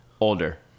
Older